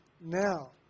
Now